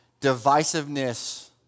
divisiveness